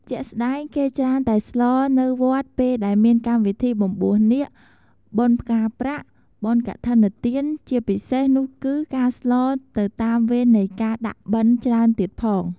ជាក់ស្តែងគេច្រើនតែស្លរនៅវត្តពេលដែលមានកម្មវិធីបំបួសនាគ បុណ្យផ្កាប្រាក់ បុណ្យកឋិនទានជាពិសេសនោះគឺការស្លរទៅតាមវេននៃការដាក់បិណ្ឌច្រើនទៀតផង។